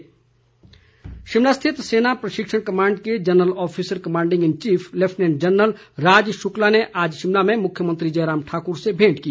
canteen Shimla स्थित सेना प्रशिक्षण कमांड के general officer commanding in chief lieutenant general Raj Shukla ने आज शिमला में मुख्यमंत्री जयराम ठाकुर से भेंट की